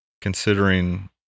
considering